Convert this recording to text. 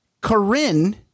corinne